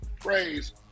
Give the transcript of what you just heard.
praise